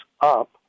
up